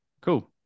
cool